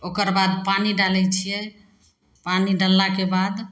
ओकर बाद पानी डालै छिए पानी डाललाके बाद